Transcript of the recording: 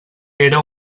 era